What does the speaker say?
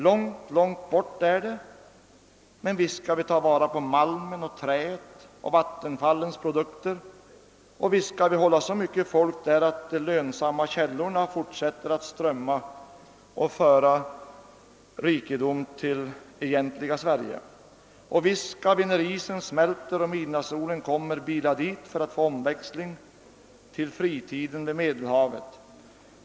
Långt, långt bort är det — men visst skall vi ta vara på malmen och träet och vattenfallens produkter, och visst skall vi hålla så mycket folk där att de lönsamma källorna fortsätter att strömma och föra rikedom till det egentliga Sverige. Och visst skall vi, när isen smälter och midnattssolen kommer, bila dit för att få omväxling till fritiden vid Medelhavet.